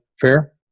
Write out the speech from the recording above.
fair